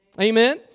Amen